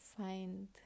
find